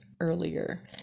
earlier